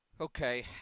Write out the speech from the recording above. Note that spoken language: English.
Okay